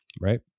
right